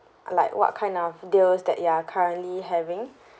like what kind of deals that you are currently having